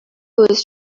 was